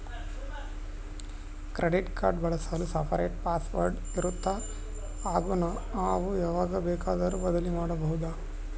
Credit card ಬಳಸಲು separate password ಇರುತ್ತಾ ಹಾಗೂ ನಾವು ಯಾವಾಗ ಬೇಕಾದರೂ ಬದಲಿ ಮಾಡಬಹುದಾ?